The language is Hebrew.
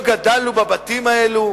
לא גדלנו בבתים האלה?